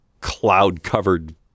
cloud-covered